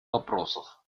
вопросов